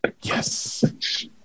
Yes